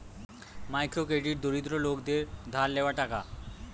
micro credit দরিদ্র লোকদের ধার লেওয়া টাকা